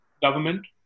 government